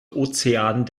ozean